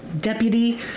Deputy